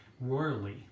royally